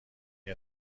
این